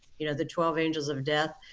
you know, the twelve angels of death,